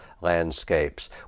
landscapes